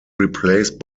replaced